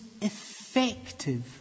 effective